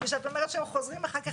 וכשאת אומרת שהם חוזרים אחר כך,